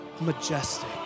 majestic